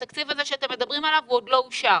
התקציב הזה שאתם מדברים עליו עוד לא אושר.